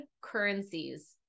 currencies